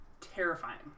Terrifying